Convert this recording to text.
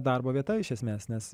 darbo vieta iš esmės nes